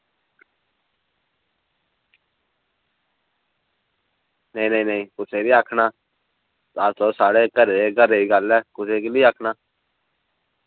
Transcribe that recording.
नेईं नेईं कुसै निं आक्खना आ तुस साढ़े साढ़े घरै दी गल्ल ऐ कुसै गी की आक्खना